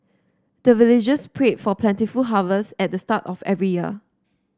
the villagers pray for plentiful harvest at the start of every year